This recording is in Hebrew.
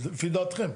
לפי דעתם.